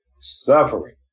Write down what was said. suffering